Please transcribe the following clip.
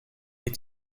les